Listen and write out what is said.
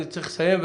צריך לסיים,